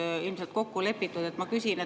ühiselt kokku lepitud. Ma küsin,